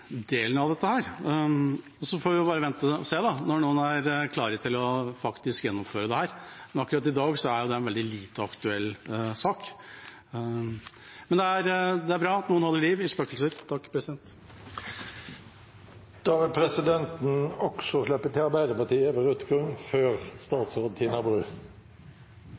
delen av dette, og så får vi bare vente og se når noen faktisk er klare til å gjennomføre dette, men akkurat i dag er det en veldig lite aktuell sak. Men det er bra at noen holder liv i spøkelser!